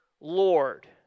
Lord